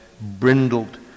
brindled